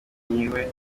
niwe